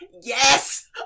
Yes